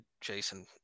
Jason